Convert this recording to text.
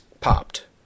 popped